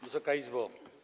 Wysoka Izbo!